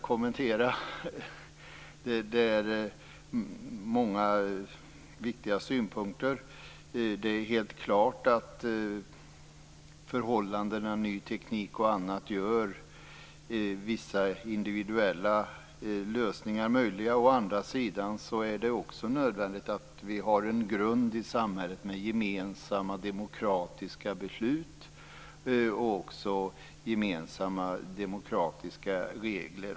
Han förde fram många viktiga synpunkter. Det är helt klart att förhållanden med ny teknik och annat gör vissa individuella lösningar möjliga. Å andra sidan är det också nödvändigt att vi har en grund i samhället med gemensamma, demokratiska beslut och även gemensamma, demokratiska regler.